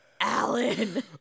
Alan